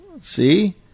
See